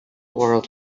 world